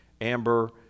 Amber